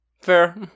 Fair